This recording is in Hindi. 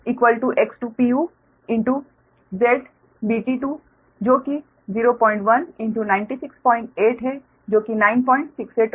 तो X2Ω X2 ZBT2 जो कि 01 968 है जो कि 968Ω है